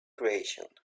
creation